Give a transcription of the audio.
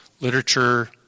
literature